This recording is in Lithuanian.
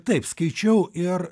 taip skaičiau ir